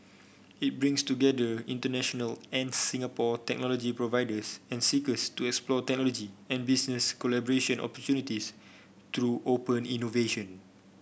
it brings together international and Singapore technology providers and seekers to explore technology and business collaboration opportunities through open innovation